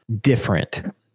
different